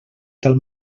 tal